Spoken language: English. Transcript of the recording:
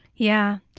yeah,